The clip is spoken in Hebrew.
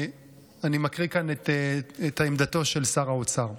אני מקריא כאן את עמדתו של שר האוצר.